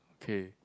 K